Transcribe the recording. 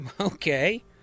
Okay